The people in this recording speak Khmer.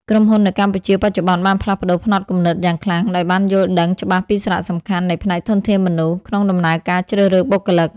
ក្រុមហ៊ុននៅកម្ពុជាបច្ចុប្បន្នបានផ្លាស់ប្តូរផ្នត់គំនិតយ៉ាងខ្លាំង ដោយបានយល់ដឹងច្បាស់ពីសារៈសំខាន់នៃផ្នែកធនធានមនុស្ស ក្នុងដំណើរការជ្រើសរើសបុគ្គលិក។